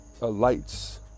lights